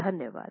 धन्यवाद